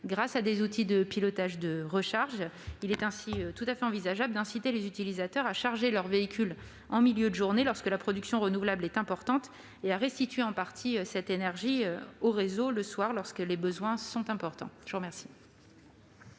grâce à des outils de pilotage de recharge. Il est ainsi tout à fait envisageable d'inciter les utilisateurs à charger leur véhicule en milieu de journée, lorsque la production renouvelable est importante, et à restituer en partie cette énergie au réseau le soir, lorsque les besoins sont importants. La parole